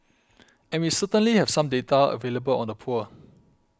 and we certainly have some data available on the poor